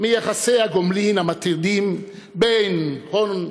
מיחסי הגומלין המטרידים בין הון,